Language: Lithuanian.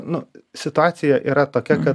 nu situacija yra tokia kad